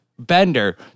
Bender